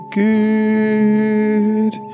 good